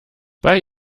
bei